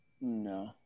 No